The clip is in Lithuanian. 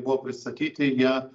buvo pristatyti jie